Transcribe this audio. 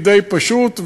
די פשוט,